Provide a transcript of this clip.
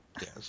Yes